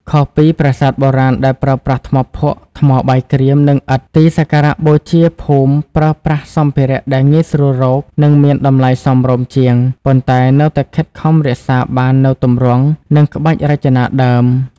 ខុសពីប្រាសាទបុរាណដែលប្រើប្រាស់ថ្មភក់ ថ្មបាយក្រៀម និងឥដ្ឋ ទីសក្ការៈបូជាភូមិប្រើប្រាស់សម្ភារៈដែលងាយស្រួលរក និងមានតម្លៃសមរម្យជាង ប៉ុន្តែនៅតែខិតខំរក្សាបាននូវទម្រង់ និងក្បាច់រចនាដើម៖